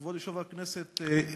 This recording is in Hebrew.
כבוד יושב-ראש הכנסת,